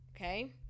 okay